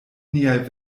niaj